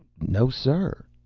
no, sir.